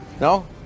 No